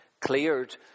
cleared